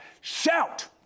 shout